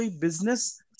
business